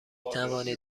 توانید